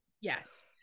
Yes